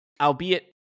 albeit